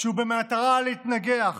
שהוא במטרה להתנגח